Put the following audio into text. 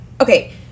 okay